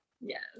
Yes